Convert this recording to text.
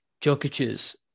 Jokic's